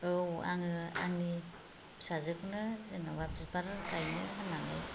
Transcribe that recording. औ आंङो आंनि फिसाजोखौनो जेनेबा बिबार गायनो होननानै